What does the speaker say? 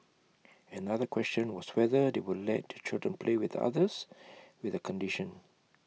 another question was whether they would let children play with others with the condition